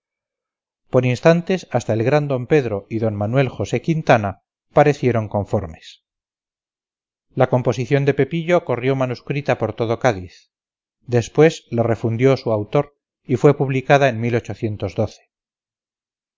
por instantes hasta el gran d pedro y d manuel josé quintana parecieron conformes la composición de pepillo corrió manuscrita por todo cádiz después la refundió su autor y fue publicada en